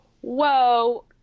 whoa